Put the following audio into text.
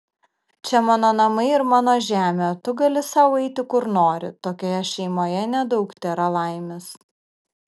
čia mano namai ir mano žemė o tu gali sau eiti kur nori tokioje šeimoje nedaug tėra laimės